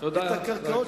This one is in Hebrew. את הקרקעות